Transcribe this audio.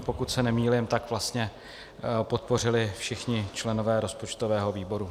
Pokud se nemýlím, tak podpořili všichni členové rozpočtového výboru.